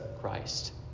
Christ